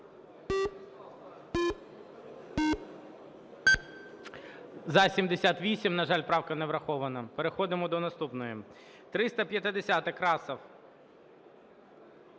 За-78 На жаль, правка не врахована. Переходимо до наступної. 350-а, Красов.